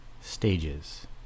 Stages